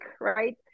right